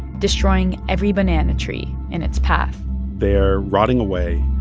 destroying every banana tree in its path they're rotting away.